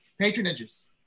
patronages